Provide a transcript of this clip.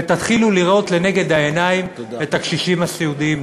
ותתחילו לראות לנגד העיניים את הקשישים הסיעודיים.